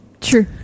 True